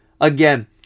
again